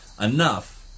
enough